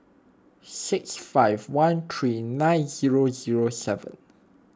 six five one three nine zero zero seven